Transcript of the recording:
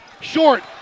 short